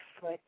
foot